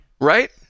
right